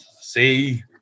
see